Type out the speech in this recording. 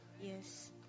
Yes